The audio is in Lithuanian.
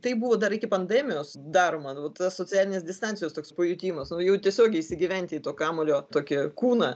tai buvo dar iki pandemijos daroma nu vat tas socialinės distancijos toks pajutimas nu jau tiesiogiai įsigyventi į to kamuolio tokį kūną